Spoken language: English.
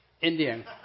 Indian